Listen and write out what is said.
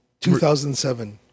2007